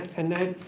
and that